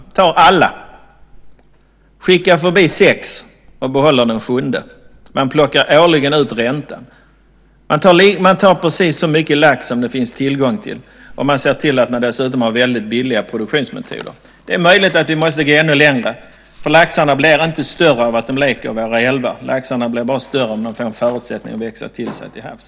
Man tar alla, skickar förbi sex och behåller den sjunde. Man plockar årligen ut räntan. Man tar precis så mycket lax som det finns tillgång till, och man ser till att man dessutom har väldigt billiga produktionsmetoder. Det är möjligt att vi måste gå ännu längre. Laxarna blir inte större av att de leker i våra älvar. Laxarna blir bara större om de får förutsättningar att växa till sig till havs.